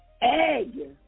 egg